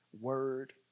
word